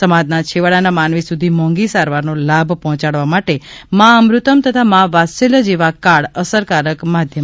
સમાજના છેવાડાના માનવી સુધી મોંઘી સારવારનો લાભ પહોંચાડવા માટે મા અમૃતમ તથા મા વાત્સલ્ય જેવા કાર્ડ અસરકારક માધ્યન બન્યા છે